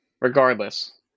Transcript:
regardless